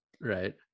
Right